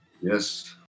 Yes